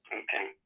okay